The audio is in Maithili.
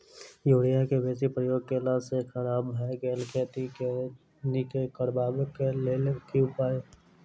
यूरिया केँ बेसी प्रयोग केला सऽ खराब भऽ गेल खेत केँ नीक करबाक लेल की उपाय?